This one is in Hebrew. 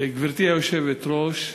גברתי היושבת-ראש,